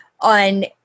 on